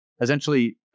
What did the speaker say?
essentially